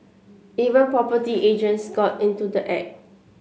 even property agents got into the act